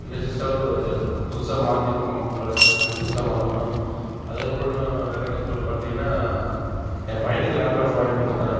induction stove புதுசாக மாற்றிருக்கோம் பழசை வாங்கின்னு புதுசாக மாற்றுனோம் அதுக்கப்புறம் இன்னும் எலக்ட்ரானிக்ஸ் பொருள் பார்த்தீங்கன்னா என் பையனுக்கு லேப்டாப் வாய்ங் கொடுத்தேன்